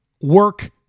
work